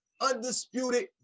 undisputed